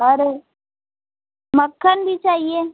और मक्खन भी चाहिए